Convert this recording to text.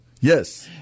Yes